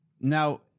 Now